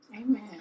Amen